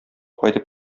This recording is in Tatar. кайтып